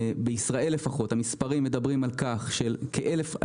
בישראל לפחות המספרים מדברים על כך שכ-2,700